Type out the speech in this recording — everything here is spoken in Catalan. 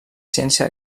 ciència